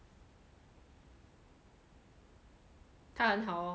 她很好 lor